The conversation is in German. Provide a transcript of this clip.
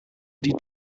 die